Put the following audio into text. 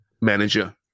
manager